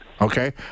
Okay